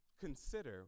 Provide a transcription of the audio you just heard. Consider